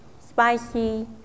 spicy